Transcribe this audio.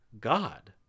God